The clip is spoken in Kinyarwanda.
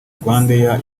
rwandair